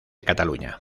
cataluña